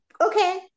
okay